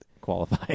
qualify